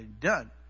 Done